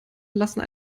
lassen